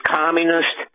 communist